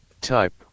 Type